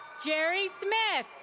jerry smith.